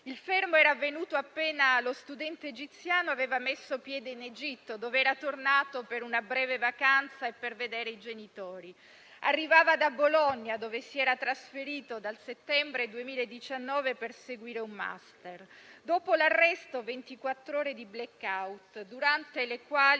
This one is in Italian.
Il fermo è avvenuto appena lo studente egiziano aveva messo piede in Egitto, dove era tornato per una breve vacanza e per vedere i genitori. Arrivava da Bologna, dove si era trasferito dal settembre 2019 per seguire un *master*. Dopo l'arresto, ventiquattro ore di *blackout*, durante le quali,